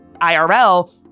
IRL